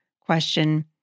question